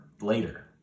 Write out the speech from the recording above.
later